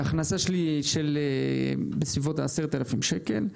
ההכנסה שלי היא בסביבות ה-10,000 שקל.